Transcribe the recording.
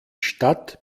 stadt